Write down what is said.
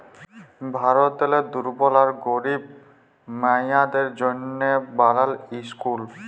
ভারতেরলে দুর্বল আর গরিব মাইয়াদের জ্যনহে বালাল ইসকুল